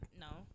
no